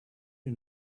you